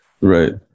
Right